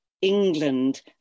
England